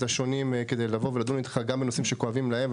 השונים כדי לבוא ולדון איתך גם בנושאים שכואבים להם,